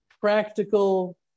practical